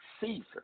Caesar